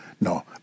No